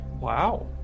Wow